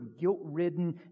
guilt-ridden